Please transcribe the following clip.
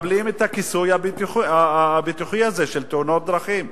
מקבלים את הכיסוי הביטוחי הזה של תאונות דרכים?